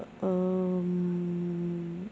um